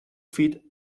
feed